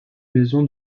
maison